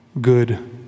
good